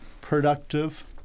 productive